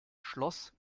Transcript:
schloss